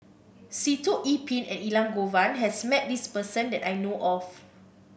Sitoh Yih Pin and Elangovan has met this person that I know of